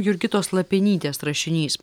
jurgitos lapienytės rašinys